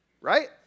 right